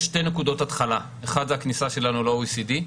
יש שתי נקודות התחלה: האחת זה הכניסה שלנו ל-OECD,